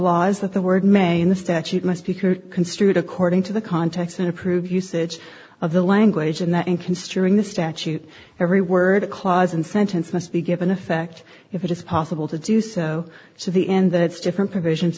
laws that the word may in the statute must be construed according to the context and approve usage of the language and that in construing this statute every word clause and sentence must be given effect if it is possible to do so so the end that's different provisions